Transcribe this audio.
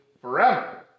forever